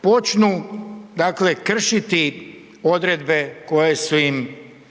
počnu dakle kršiti odredbe koje su im